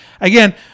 Again